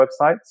websites